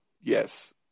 Yes